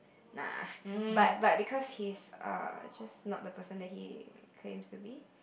nah but but because he's a just not a person that he claims to be